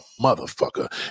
motherfucker